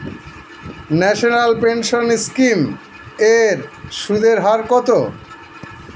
National pension scheme এর সুদের হার কত?